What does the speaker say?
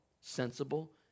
sensible